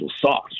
sauce